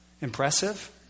Impressive